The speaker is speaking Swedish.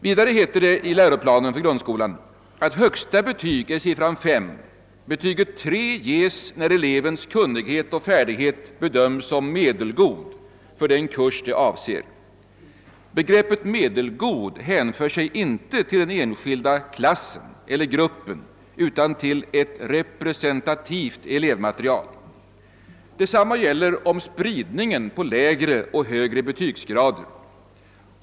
Vidare sägs det i läroplanen: Högsta betyg är siffran 5. Betyget 3 ges, när elevens kunnighet och färdighet bedöms som medelgod för den kurs det avser. Begreppet medelgod hänför sig inte till den enskilda klassen eller gruppen utan till ett representativt elevmaterial. Detsamma gäller om spridningen på lägre och högre betygsgrader.